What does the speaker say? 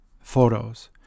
photos